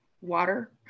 Water